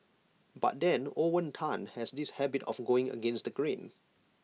but then Owen Tan has this habit of going against the grain